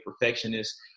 perfectionist